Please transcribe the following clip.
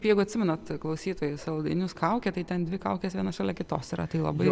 jeigu atsimenat klausytojai saldainius kaukė tai ten dvi kaukės viena šalia kitos yra tai labai